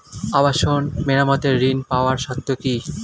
আবাসন মেরামতের ঋণ পাওয়ার শর্ত কি?